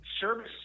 service